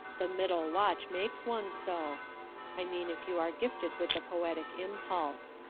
the middle watch makes one so i mean if you are gifted with the poetic impulse.